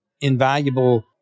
invaluable